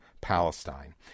Palestine